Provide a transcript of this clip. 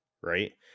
right